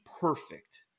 perfect